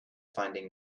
finding